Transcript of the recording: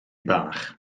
bach